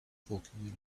talking